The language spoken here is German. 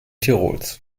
tirols